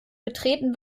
betreten